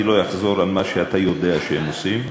אני לא אחזור על מה שאתה יודע שהם עושים.